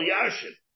Yashin